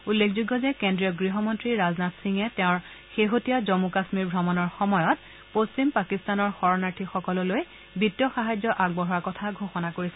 উল্লেখযোগ্য যে কেন্দ্ৰীয় গৃহ মন্ত্ৰী ৰাজনাথ সিঙে তেওঁৰ শেহতীয়া জন্মু কাশ্মীৰ ভ্ৰমণৰ সময়ত পশ্চিম পাকিস্তানৰ শৰণাৰ্থীসকললৈ বিত্তীয় সাহায্য আগবঢ়োৱাৰ কথা ঘোষণা কৰিছিল